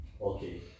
Okay